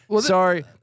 Sorry